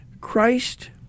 Christ